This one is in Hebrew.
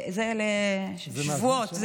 זה לשבועות.